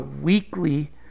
weekly